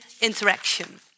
interaction